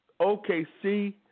OKC